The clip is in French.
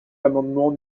amendement